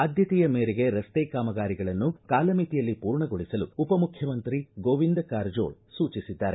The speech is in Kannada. ಆದ್ಯತೆಯ ಮೇರೆಗೆ ರಸ್ತೆ ಕಾಮಗಾರಿಗಳನ್ನು ಕಾಲಮಿತಿಯಲ್ಲಿ ಪೂರ್ಣಗೊಳಿಸಲು ಉಪಮುಖ್ಯಮಂತ್ರಿ ಗೋವಿಂದ ಕಾರಜೋಳ ಸೂಚಿಸಿದ್ದಾರೆ